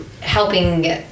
helping